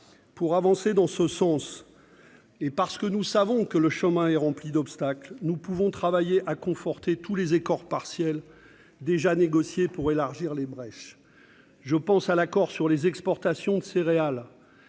Pour avancer dans ce sens, parce que nous savons que le chemin est rempli d'obstacles, nous pouvons travailler à conforter tous les accords partiels déjà négociés pour élargir les brèches. Je pense à l'accord sur les exportations de céréales,